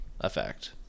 effect